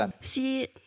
see